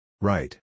Right